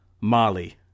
Molly